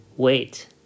Wait